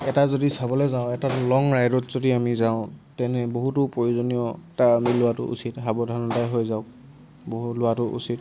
এটা যদি চাবলৈ যাওঁ এটা লং ৰাইডত যদি আমি যাওঁ তেনে বহুতো প্ৰয়োজনীয়তা আমি লোৱাটো উচিত সাৱধানতা হৈ যাওক বহু লোৱাটো উচিত